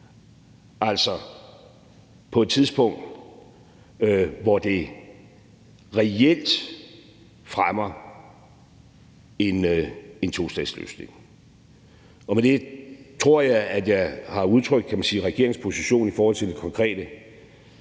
altså på et tidspunkt, hvor det reelt fremmer en tostatsløsning. Med det tror jeg, at jeg har udtrykt regeringens position i forhold til det konkrete